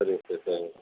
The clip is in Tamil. சரிங்க சார் சரிங்க சார்